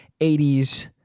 80s